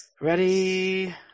Ready